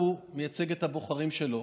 הוא מייצג את הבוחרים שלו.